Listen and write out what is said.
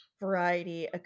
variety